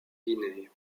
guinée